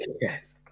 Yes